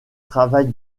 travail